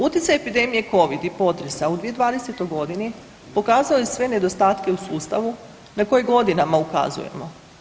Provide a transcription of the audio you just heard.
Utjecaj epidemije Covid i potresa u 2020. g. pokazao je sve nedostatke u sustavu na koji godinama ukazujemo.